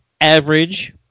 average